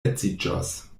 edziĝos